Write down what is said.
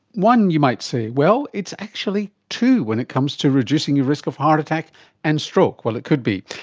one, you might say. well, it's actually two when it comes to reducing your risk of heart attack and stroke. well, it could be.